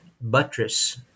buttress